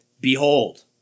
behold